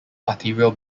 arterial